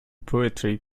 poetry